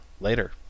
Later